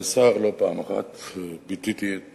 והשר, לא פעם אחת ביטאתי את